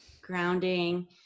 grounding